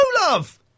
love